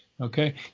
okay